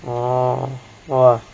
oh !wah!